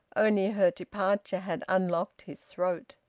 only her departure had unlocked his throat.